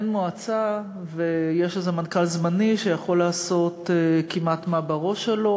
אין מועצה ויש איזה מנכ"ל זמני שיכול לעשות כמעט מה בראש שלו.